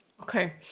Okay